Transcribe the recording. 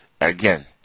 again